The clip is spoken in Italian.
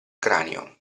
cranio